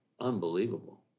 unbelievable